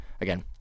Again